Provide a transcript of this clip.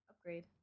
Upgrade